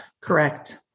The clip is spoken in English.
Correct